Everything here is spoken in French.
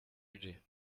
budget